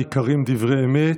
ניכרים דברי אמת.